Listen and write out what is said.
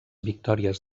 victòries